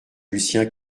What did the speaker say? lucien